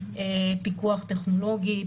פיקוח טכנולוגי,